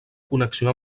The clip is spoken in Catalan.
connexió